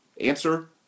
Answer